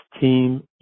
team